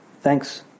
Thanks